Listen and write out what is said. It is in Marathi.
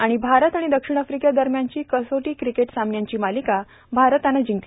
आणि भारत आणि दक्षिण आफ्रिकेदरम्यानची कसोटी क्रिकेट सामन्यांची मालिका भारतानं जिंकली